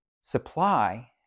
supply